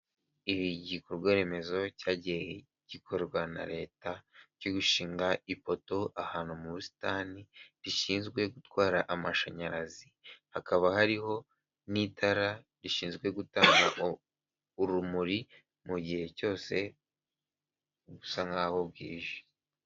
Igikorwa remezo cyagiye gikorwa na leta cyo gushinga ipoto ahantu mu busitani rishinzwe gutwara amashanyarazi, hakaba hariho n'itara rishinzwe gutanga urumuri mu gihe cyose busa nk'aho bwije.